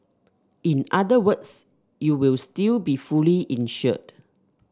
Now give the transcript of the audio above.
in other words you will still be fully insured